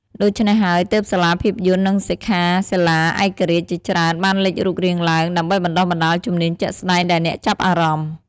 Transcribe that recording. ដូច្នេះហើយទើប សាលាភាពយន្ត និងសិក្ខាសាលាឯករាជ្យជាច្រើនបានលេចរូបរាងឡើង ដើម្បីបណ្ដុះបណ្ដាលជំនាញជាក់ស្ដែងដល់អ្នកចាប់អារម្មណ៍។